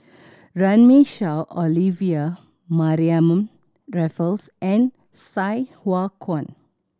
Runme Shaw Olivia Mariamne Raffles and Sai Hua Kuan